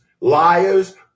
liars